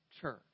church